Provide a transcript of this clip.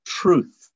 truth